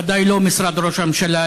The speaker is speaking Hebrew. ודאי לא משרד ראש הממשלה,